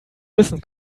wissen